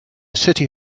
city